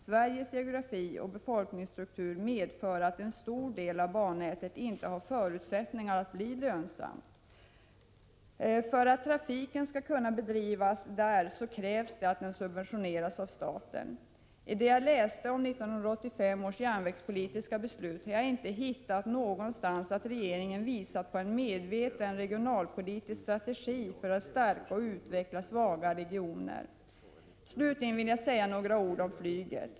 Sveriges geografi och befolkningsstruktur medför att en stor del av bannätet inte har förutsättningar att bli lönsam. För att trafiken skall kunna bedrivas där krävs det att den subventioneras av staten. I det jag läst om 1985 års järnvägspolitiska beslut har jag inte hittat någonting om att regeringen visat på en medveten regionalpolitisk strategi för att stärka eller utveckla svaga regioner. Slutligen vill jag säga några ord om flyget.